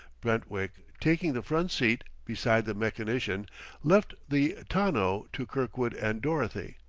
brentwick taking the front seat, beside the mechanician left the tonneau to kirkwood and dorothy.